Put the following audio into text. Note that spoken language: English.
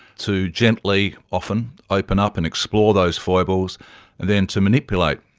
to gently often open up and explore those foibles and then to manipulate.